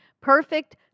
Perfect